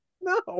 No